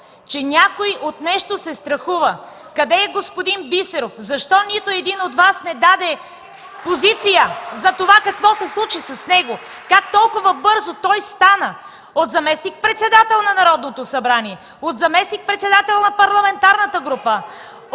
че някой от нещо се страхува. Къде е господин Бисеров? Защо нито един от Вас не даде позиция за това какво се случи с него? (Ръкопляскания от ГЕРБ.) Как толкова бързо той стана от заместник-председател на Народното събрание, от заместник-председател на Парламентарната група,